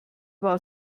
war